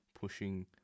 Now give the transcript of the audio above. pushing